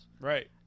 right